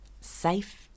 safe